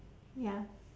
ya